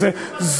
זה לא פטרנליזם.